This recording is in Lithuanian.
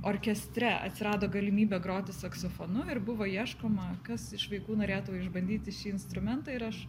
orkestre atsirado galimybė groti saksofonu ir buvo ieškoma kas iš vaikų norėtų išbandyti šį instrumentą ir aš